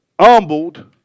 humbled